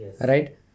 right